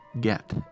get